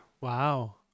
Wow